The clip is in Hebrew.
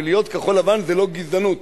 ולהיות כחול-לבן זה לא גזענות.